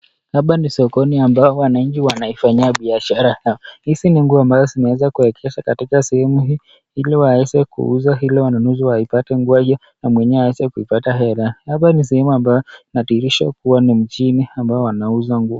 Hapa ni sokoni ambao wananchi wanaifanyia biashara. Hizi ni nguo ambazo zimeweza kuegezwa katika sehemu hii, ili waweze kuuza, ili wanunuzi waipate nguo hiyo na mwenyewe aweze kuipata hela. Hapa ni sehemu ambayo inadhihirisha kuwa ni mjini ambayo wanauza nguo.